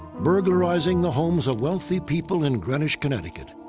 burglarizing the homes of wealthy people in greenwich, connecticut.